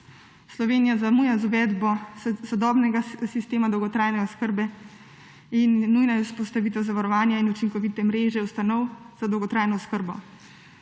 Slovenija zamuja z uvedbo sodobnega sistema dolgotrajne oskrbe in nujna je vzpostavitev zavarovanja in učinkovite mreže ustanov za dolgotrajno oskrbo.